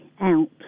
out